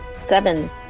Seven